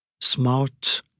smart